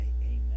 amen